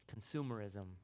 Consumerism